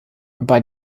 bei